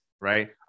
right